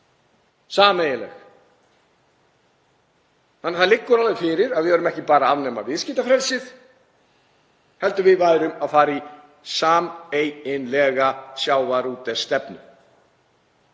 sameiginleg. Þannig að það liggur alveg fyrir að við værum ekki bara að afnema viðskiptafrelsið heldur að fara í sameiginlega sjávarútvegsstefnu.